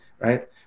Right